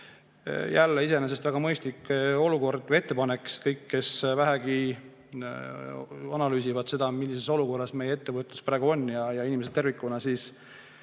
Jällegi, iseenesest väga mõistlik ettepanek, sest kõik, kes vähegi analüüsivad seda, millises olukorras meie ettevõtlus praegu on ja inimesed tervikuna, siis